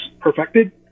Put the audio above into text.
perfected